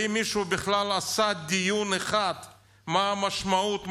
האם מישהו בכלל עשה דיון אחד על מה המשמעות?